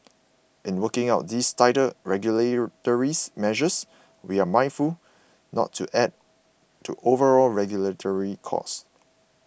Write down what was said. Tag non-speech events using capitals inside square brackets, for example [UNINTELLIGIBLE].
in working out these tighter [UNINTELLIGIBLE] measures we're mindful not to add to overall regulatory costs